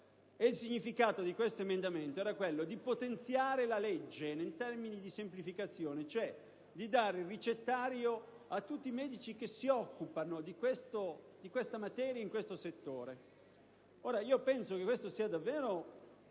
Il significato di questo emendamento era quello di potenziare la legge in termini di semplificazione, cioè di dare il ricettario a tutti i medici che si occupano di questo materia in questo settore. Penso che questo sia davvero